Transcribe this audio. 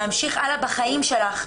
להמשיך הלאה בחיים שלך,